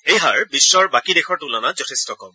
এই হাৰ বিশ্বৰ বাকী দেশৰ তুলনাত যথেষ্ট কম